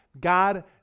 God